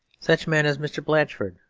such men as mr. blatchford,